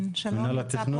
מינהל התכנון?